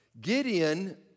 Gideon